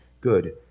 good